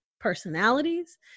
personalities